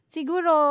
Siguro